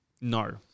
No